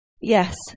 yes